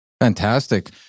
Fantastic